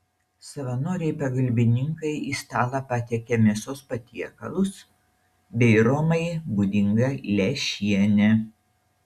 savanoriai pagalbininkai į stalą patiekia mėsos patiekalus bei romai būdingą lęšienę